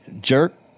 jerk